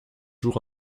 jours